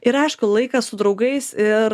ir aišku laikas su draugais ir